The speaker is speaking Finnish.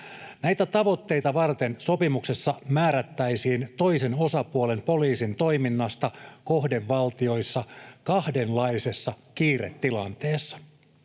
Näitä tavoitteita varten sopimuksessa määrättäisiin toisen osapuolen poliisin toiminnasta kohdevaltioissa kahdenlaisessa kiiretilanteessa.